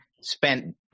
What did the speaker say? spent